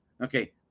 Okay